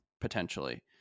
potentially